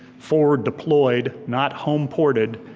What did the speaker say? forward deployed, not homeported,